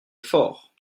forts